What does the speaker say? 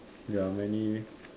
there are many leh